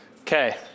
okay